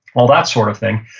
all that sort of thing,